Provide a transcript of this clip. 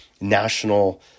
national